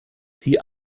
die